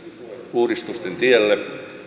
uudistusten tielle